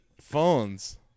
phones